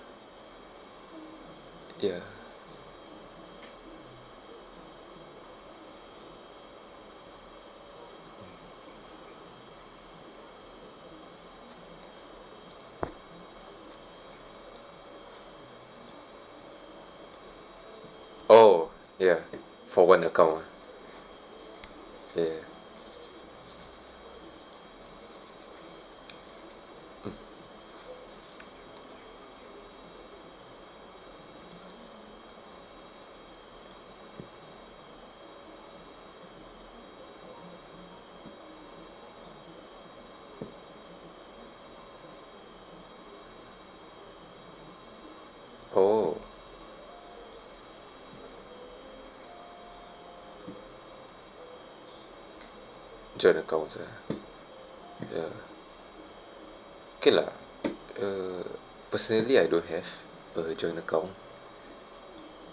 ya oh for one account ah ya mm oh joint accounts ah ya okay lah uh personally I don't have a joint account